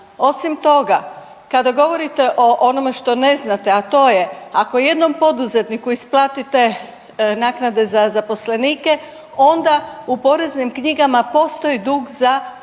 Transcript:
Osim toga kada govorite o onome što ne znate, a to je ako jednom poduzetniku isplatite naknade za zaposlenike onda u poreznim knjigama postoji dug za